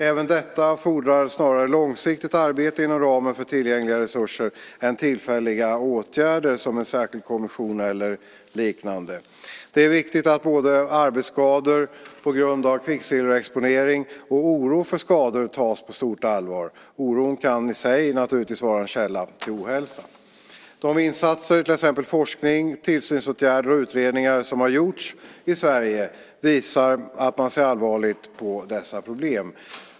Även detta fordrar snarare långsiktigt arbete inom ramen för tillgängliga resurser än tillfälliga åtgärder som en särskild kommission eller liknande. Det är viktigt att både arbetsskador på grund av kvicksilverexponering och oro för skador tas på stort allvar. Oron kan i sig naturligtvis vara en källa till ohälsa. De insatser, till exempel forskning, tillsynsåtgärder och utredningar, som har gjorts i Sverige, visar att man ser allvarligt på dessa problem.